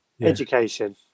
education